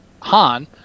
han